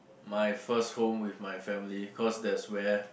my first home with my family cause that's where